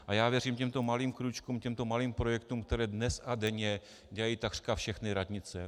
A já věřím těmto malým krůčkům, těmto malým projektům, které dnes a denně dělají takřka všechny radnice.